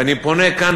ואני פונה כאן,